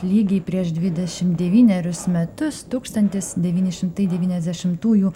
lygiai prieš dvidešim devynerius metus tūkstantis devyni šimtai devyniasdešimtųjų